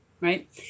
Right